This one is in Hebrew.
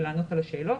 ולענות על השאלות